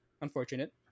unfortunate